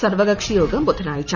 സർവകക്ഷിയോഗം ബുധനാഴ്ച